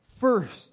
first